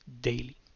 daily